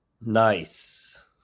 Nice